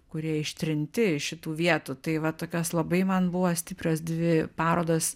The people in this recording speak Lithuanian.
kurie ištrinti iš šitų vietų tai va tokios labai man buvo stiprios dvi parodos